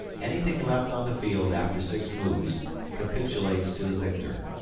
anything left on the field after six moves capitulates to the victor.